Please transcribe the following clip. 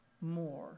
more